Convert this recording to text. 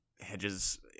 Hedges